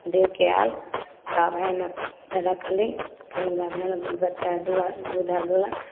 देके आयल तब ओहिमे रखली फिर गाभिन बच्चा दू दूध आर दूहलक